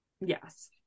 Yes